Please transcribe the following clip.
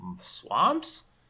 swamps